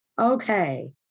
Okay